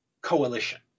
coalition